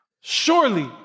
Surely